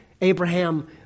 Abraham